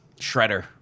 Shredder